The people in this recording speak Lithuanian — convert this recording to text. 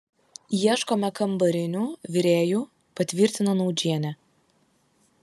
ieškome kambarinių virėjų patvirtino naudžienė